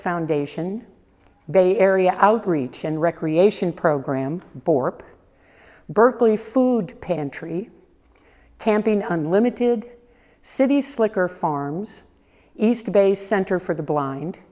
foundation bay area outreach and recreation program borke berkeley food pantry camping unlimited city slicker farms east bay center for the blind